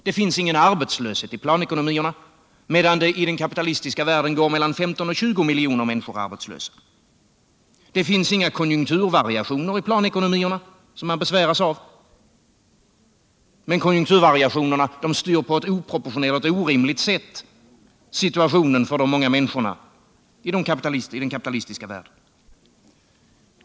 Det finns ingen arbetslöshet i planekonomierna, medan det i den kapitalistiska världen går mellan 15 miljoner och 20 miljoner människor arbetslösa. Det finns inga konjunkturvariationer I planekonomierna som man besväras av. men konjunkturvariationerna styr på ett oproportionerligt och orimligt sätt situationen för de många människorna i den kapitalistiska världen.